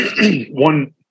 one